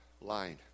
line